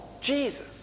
Jesus